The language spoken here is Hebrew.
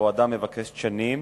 פיקוח על חומרים מסוימים,